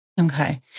Okay